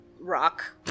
rock